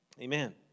Amen